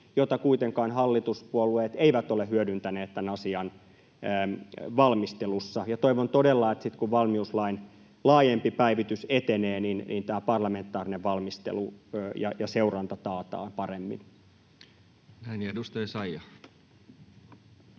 jota kuitenkaan hallituspuolueet eivät ole hyödyntäneet tämän asian valmistelussa. Toivon todella, että sitten kun valmiuslain laajempi päivitys etenee, niin tämä parlamentaarinen valmistelu ja seuranta taataan paremmin. Näin. — Ja edustaja Essayah.